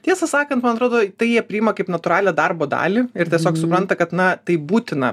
tiesą sakant man atrodo tai jie priima kaip natūralią darbo dalį ir tiesiog supranta kad na tai būtina